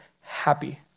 happy